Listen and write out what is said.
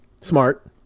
Smart